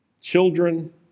children